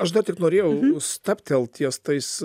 aš dar tik norėjau stabtelt ties tais